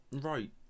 Right